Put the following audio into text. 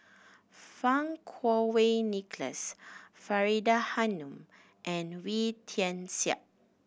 Fang Kuo Wei Nicholas Faridah Hanum and Wee Tian Siak